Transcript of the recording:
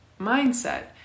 mindset